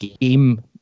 game